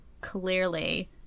clearly